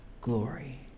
glory